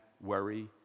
worry